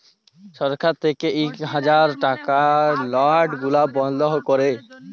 ছরকার থ্যাইকে ইক হাজার টাকার লট গুলা বল্ধ ক্যরে